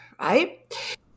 right